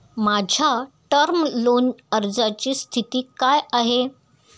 माझ्या term loan अर्जाची स्थिती काय आहे?